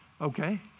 Okay